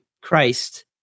Christ